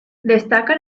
destaca